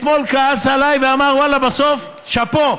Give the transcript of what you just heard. אתמול כעס עליי ואמר: ואללה, בסוף, שאפו.